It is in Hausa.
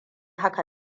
haka